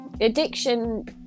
addiction